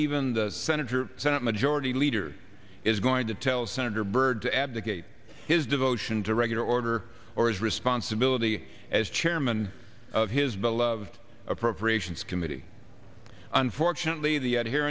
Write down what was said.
even the senator senate majority leader is going to tell senator byrd to abdicate his devotion to regular order or his responsibility as chairman of his beloved appropriations committee unfortunately the